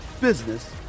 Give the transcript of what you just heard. business